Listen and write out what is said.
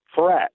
threat